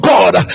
God